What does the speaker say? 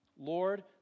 Lord